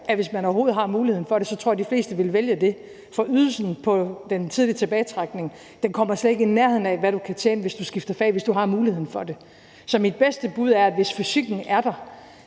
at hvis man overhovedet har muligheden for det, vil de fleste vælge det. For ydelsen på den tidlige tilbagetrækning kommer slet ikke i nærheden af, hvad du kan tjene, hvis du skifter fag, hvis du har muligheden for det. Så mit bedste bud er, at hvis fysikken er der,